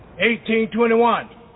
1821